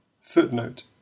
Footnote